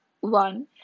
one